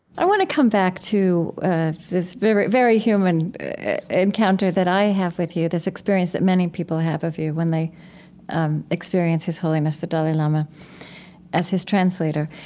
i want to come back to this very very human encounter that i have with you this experience that many people have of you when they um experience his holiness the dalai lama as his translator.